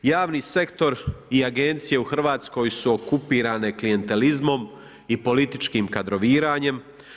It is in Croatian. Javni sektor i agencije u RH su okupirane klijentelizmom i političkim kadroviranjem.